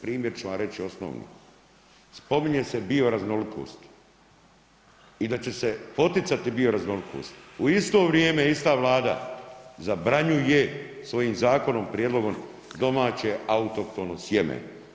Primjer ću vam reći osnovni, spominje se bioraznolikost i da će se poticati bioraznolikost u isto vrijeme ista Vlada zabranjuje svojim zakonom, prijedlogom domaće autohtono sjeme.